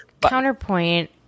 counterpoint